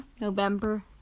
November